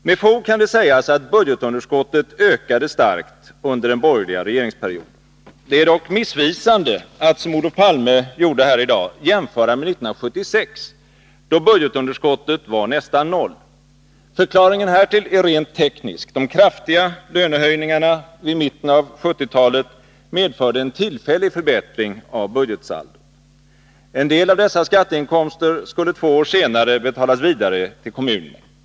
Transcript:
Med fog kan det sägas att budgetunderskottet ökade starkt under den borgerliga regeringsperioden. Det är dock missvisande att, som Olof Palme gjorde här i dag, jämföra med 1976, då budgetunderskottet var nästan noll. Förklaringen härtill är rent teknisk: de kraftiga lönehöjningarna vid mitten av 1970-talet medförde en tillfällig förbättring av budgetsaldot. En del av dessa skatteinkomster skulle två år senare betalas vidare till kommunerna.